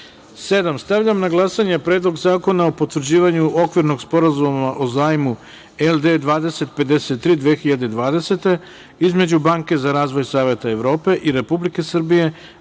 zakona. Stavljam na glasanje Predlog zakona o potvrđivanju Okvirnog sporazuma o zajmu LD 2053 (2020) između Banke za razvoj Saveta Evrope i Republike Srbije